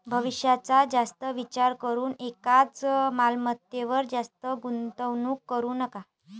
भविष्याचा जास्त विचार करून एकाच मालमत्तेवर जास्त गुंतवणूक करू नका